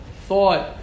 thought